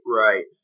right